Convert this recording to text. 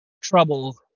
trouble